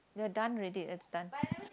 we're done already it's done